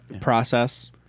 Process